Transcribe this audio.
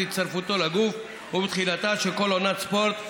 הצטרפותו לגוף ובתחילתה של כל עונת ספורט,